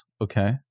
Okay